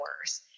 worse